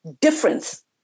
difference